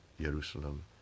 Jerusalem